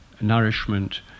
nourishment